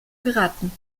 beraten